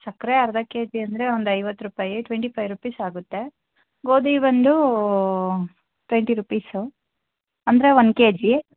ಸಕ್ಕರೆ ಅರ್ಧ ಕೆಜಿ ಅಂದರೆ ಒಂದೈವತ್ತು ರೂಪಾಯಿ ಟ್ವೆಂಟಿ ಫೈವ್ ರೂಪೀಸ್ ಆಗತ್ತೆ ಗೋಧಿ ಬಂದು ಟ್ವೆಂಟಿ ರೂಪೀಸ್ ಅಂದರೆ ಒಂದು ಕೆಜಿ